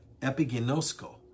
epigenosko